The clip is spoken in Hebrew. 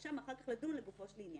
מהרשם אחר כך לדון לגופו של עניין.